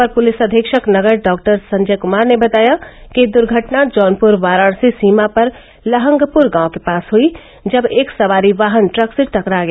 अपर पुलिस अधीक्षक नगर डॉक्टर संजय कुमार ने बताया कि दुर्घटना जौनपुर वाराणसी सीमा पर लहंगपुर गांव के पास हई जब एक सवारी वाहन ट्रक से टकरा गया